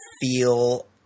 feel